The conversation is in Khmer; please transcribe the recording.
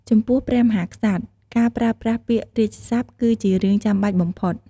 ចំពោះព្រះមហាក្សត្រ ការប្រើប្រាស់ពាក្យរាជសព្ទ គឺជារឿងចាំបាច់បំផុត។